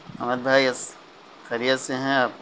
احمد بھائی خیریت سے ہیں آپ